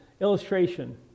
illustration